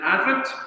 Advent